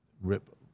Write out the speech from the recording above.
rip